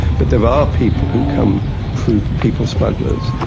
but there are people who come through people smugglers,